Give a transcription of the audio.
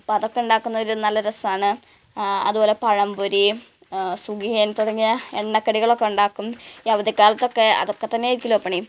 അപ്പം അതൊക്കെ ഉണ്ടാക്കുന്നവർ നല്ല രസമാണ് അതുപോലെ പഴ പോരീ സുഖിയൻ തുടങ്ങിയ എണ്ണക്കടികളൊക്കെ ഉണ്ടാക്കും ഈ അവധിക്കാലത്തൊക്കെ അതൊക്കെ തന്നാരിക്കുവല്ലോ പണി